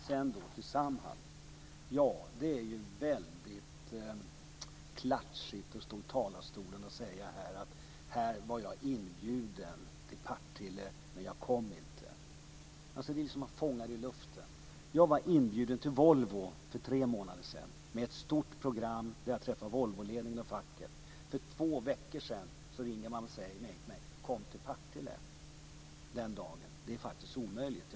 Sedan ska jag då gå över till Samhall. Det är ju väldigt klatschigt att stå i talarstolen och säga att jag var inbjuden till Partille men inte kom. Det är någonting som man fångar i luften. Jag fick en inbjudan från Volvo för tre månader sedan. Det var ett stort program; jag träffade Volvoledningen och facket. För två veckor sedan ringer man och säger: Kom till Partille den dagen! Det är faktiskt omöjligt.